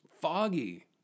foggy